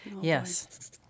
Yes